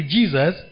Jesus